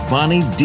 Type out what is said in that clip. Bonnie